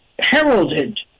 heralded